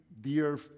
dear